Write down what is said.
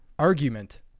Argument